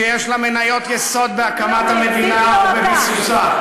שיש לה מניות יסוד בהקמת המדינה ובביסוסה.